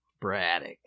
Braddock